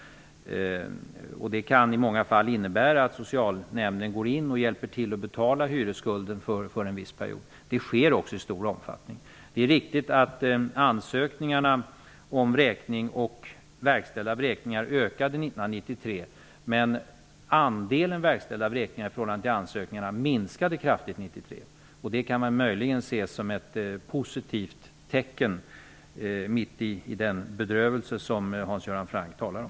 I många fall kan det innebära att socialnämnden går in och hjälper till med betalningen av hyresskulden för en viss period. Det sker också i stor omfattning. Det är riktigt att antalet ansökningar om vräkning och verkställda vräkningar ökade 1993. Men andelen verkställda vräkningar i förhållande till antalet ansökningar minskade kraftigt 1993. Det kan man möjligen se som ett positivt tecken mitt i den bedrövelse som Hans Göran Franck talar om.